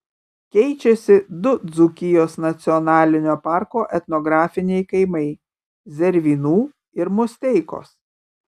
keičiasi du dzūkijos nacionalinio parko etnografiniai kaimai zervynų ir musteikos